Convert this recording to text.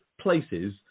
places